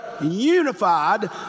unified